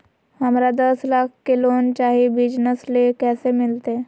हमरा दस लाख के लोन चाही बिजनस ले, कैसे मिलते?